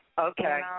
Okay